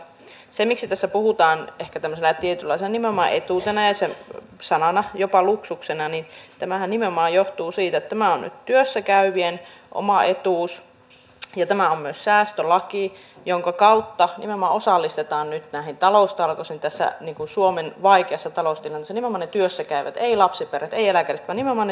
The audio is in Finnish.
sehän miksi tästä puhutaan sanana ehkä nimenomaan tämmöisenä tietynlaisena etuutena jopa luksuksena johtuu nimenomaan siitä että tämä on nyt työssä käyvien oma etuus ja tämä on myös säästölaki jonka kautta osallistetaan nyt näihin taloustalkoisiin tässä suomen vaikeassa taloustilanteessa nimenomaan ne työssä käyvät ei lapsiperheitä ei eläkeläisiä vaan nimenomaan ne työssä käyvät nyt